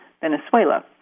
Venezuela